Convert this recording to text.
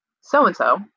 So-and-so